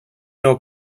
know